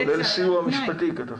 --- כולל סיוע משפטי, כתבת.